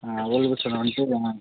old bus stand வந்துட்டு நான்